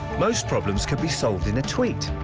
most problems could be solved in a tweet,